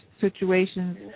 situations